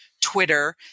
Twitter